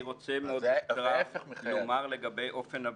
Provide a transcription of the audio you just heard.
אני רוצה מאוד בקצרה לומר לגבי אופן הביצוע.